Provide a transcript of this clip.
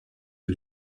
you